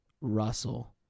Russell